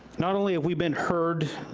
not only have we been heard,